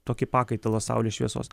tokį pakaitalą saulės šviesos